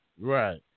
Right